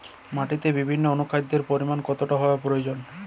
মাটিতে বিভিন্ন অনুখাদ্যের পরিমাণ কতটা হওয়া প্রয়োজন?